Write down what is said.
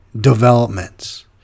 developments